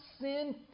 sin